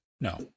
no